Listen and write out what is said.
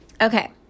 Okay